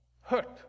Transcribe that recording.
hurt